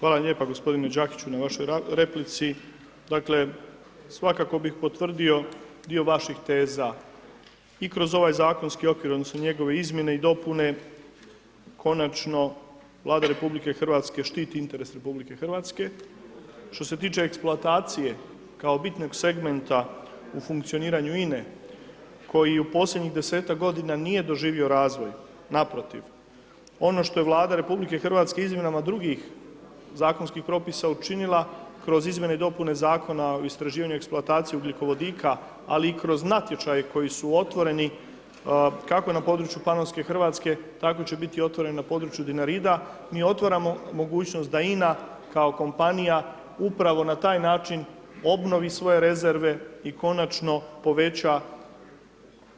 Hvala lijepa gospodine Đakiću na vašoj replici, dakle svakako bih potvrdio dio vaših teza i kroz ovaj zakonski okvir odnosno njegove izmjene i dopune konačno Vlada RH štiti interes RH, što se tiče eksploatacije kao bitnog segmenta u funkcioniranju INE koji u posljednjih 10-tak godina nije doživio razvoj, naprotiv ono što je Vlada RH izmjenama drugih zakonskih propisa učinila kroz izmjene i dopuna Zakona o istraživanju i eksploataciji ugljikovodika, ali i kroz natječaje koji su otvoreni, kako na području panonske Hrvatske, tako će biti otvoren i na području Dinarida, mi otvaramo mogućnost da INA kao kompanija, upravo na taj način obnovi svoje rezerve i konačno poveća